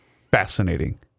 fascinating